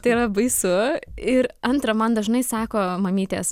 tai yra baisu ir antra man dažnai sako mamytės